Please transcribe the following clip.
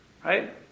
Right